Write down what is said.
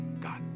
God